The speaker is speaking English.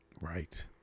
right